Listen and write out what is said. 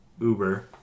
Uber